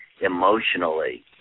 emotionally